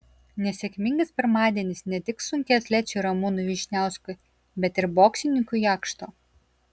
nesėkmingas pirmadienis ne tik sunkiaatlečiui ramūnui vyšniauskui bet ir boksininkui jakšto